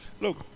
look